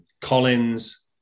Collins